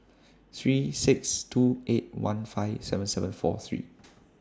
three six two eight one five seven seven four three